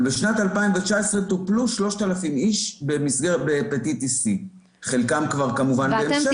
אבל בשנת 2019 טופלו 3,000 איש להפטיסיס C. חלקם כבר כמובן בהמשך טיפול.